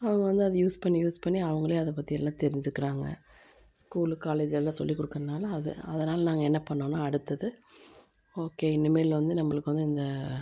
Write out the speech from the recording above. அவங்க வந்து அதை யூஸ் பண்ணி யூஸ் பண்ணி அவங்களே அதைப் பற்றி எல்லாம் தெரிஞ்சுக்கிறாங்க ஸ்கூலு காலேஜ் எல்லாம் சொல்லிக் குடுக்குறதுனால அது அதனால் நாங்கள் என்ன பண்ணோம்னா அடுத்தது ஓகே இனிமேல் வந்து நம்மளுக்கு வந்து இந்த